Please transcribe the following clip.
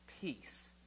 peace